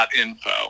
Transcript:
info